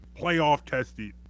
playoff-tested